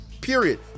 period